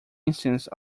instance